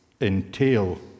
entail